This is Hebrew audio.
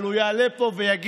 אבל הוא יעלה פה ויגיד